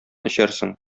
эчәрсең